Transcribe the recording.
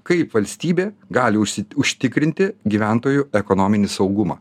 kaip valstybė gali užsi užtikrinti gyventojų ekonominį saugumą